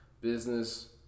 business